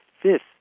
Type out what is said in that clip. fifth